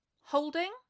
Holding